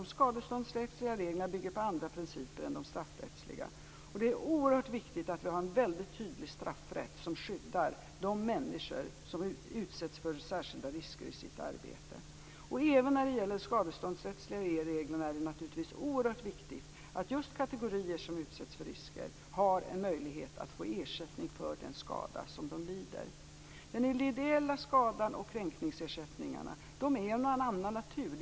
De skadeståndsrättsliga reglerna bygger på andra principer än de straffrättsliga, och det är oerhört viktigt att vi har en väldigt tydlig straffrätt som skyddar de människor som utsätts för särskilda risker i sitt arbete. Även när det gäller de skadeståndsrättsliga reglerna är det naturligtvis oerhört viktigt att just kategorier som utsätts för risker har en möjlighet att få ersättning för den skada som de lider. Den ideella skadan och kränkningsersättningarna är av en annan natur.